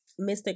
Mr